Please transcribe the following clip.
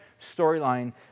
storyline